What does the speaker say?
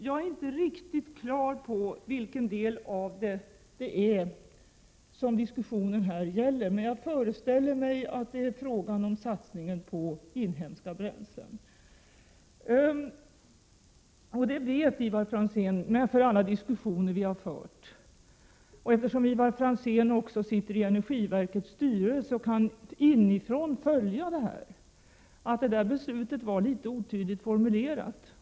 Jag är inte riktigt klar på vilken del diskussionen här gäller, men jag föreställer mig att det handlar om satsning på inhemska bränslen. Ivar Franzén vet efter alla diskussioner som vi har haft, och eftersom Ivar Franzén också sitter i energiverkets styrelse och kan följa saken inifrån, att beslutet var litet otydligt formulerat.